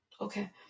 Okay